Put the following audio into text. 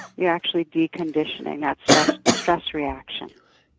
you're actually deconditioning that stress stress reaction.